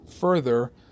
further